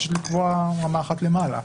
פשוט לקבוע רמה אחת למעלה.